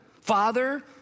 Father